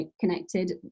connected